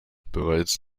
bereits